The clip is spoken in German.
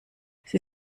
sie